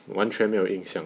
完全没有印象